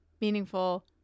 meaningful